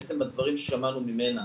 בעצם הדברים ששמענו ממנה